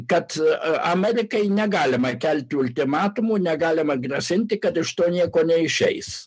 kad amerikai negalima kelti ultimatumų negalima grasinti kad iš to nieko neišeis